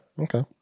Okay